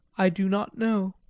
i do not know.